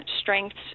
strengths